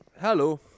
Hello